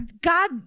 God